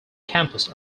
campus